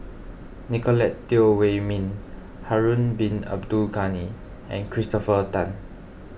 Nicolette Teo Wei Min Harun Bin Abdul Ghani and Christopher Tan